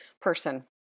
person